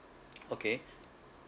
okay